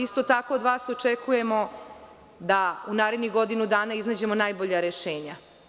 Isto tako, od vas očekujemo da u narednih godinu dana iznađete najbolja rešenja.